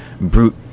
Brute